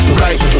right